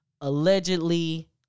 allegedly